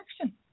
action